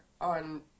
on